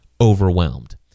overwhelmed